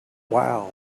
wow